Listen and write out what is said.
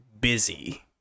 busy